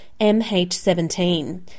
MH17